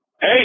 Hey